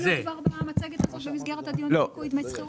(הצגת מצגת) אני אתחיל